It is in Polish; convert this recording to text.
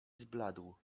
zbladł